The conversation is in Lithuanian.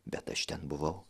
bet aš ten buvau